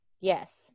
Yes